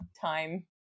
time